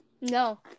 No